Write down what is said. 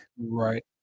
right